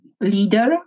leader